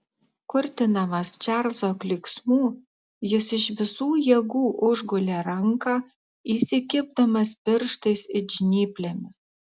kurtinamas čarlzo klyksmų jis iš visų jėgų užgulė ranką įsikibdamas pirštais it žnyplėmis